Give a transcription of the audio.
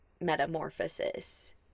metamorphosis